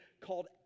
called